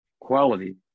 quality